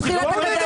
ככה.